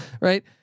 right